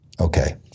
Okay